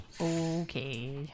Okay